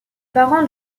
parents